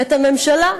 ואת הממשלה,